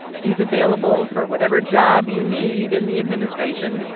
he's available for whatever job you need in the administration.